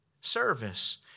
service